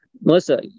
Melissa